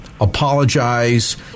apologize